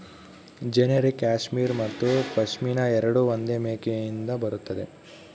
generic cashmere ಮತ್ತು ಪಶ್ಮಿನಾ ಎರಡೂ ಒಂದೇ ಮೇಕೆಯಿಂದ ಬರುತ್ತದೆ